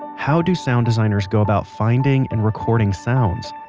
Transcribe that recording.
how do sound designers go about finding and recording sounds?